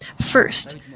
first